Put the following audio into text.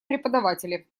преподаватели